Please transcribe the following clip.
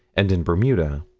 and in bermuda.